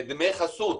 דמי חסות,